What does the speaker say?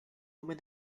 moment